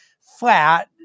flat